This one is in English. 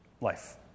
life